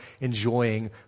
enjoying